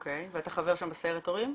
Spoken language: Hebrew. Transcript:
אתה חבר בסיירת הורים?